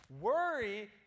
Worry